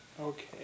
Okay